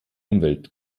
umwelt